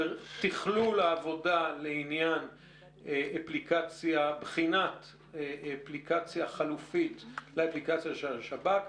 תכלול העבודה לעניין בחינת אפליקציה חלופית לאפליקציה של השב"כ,